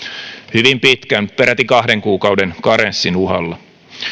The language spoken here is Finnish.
hyvin pitkän peräti kahden kuukauden karenssin uhalla